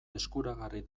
eskuragarri